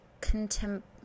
contempt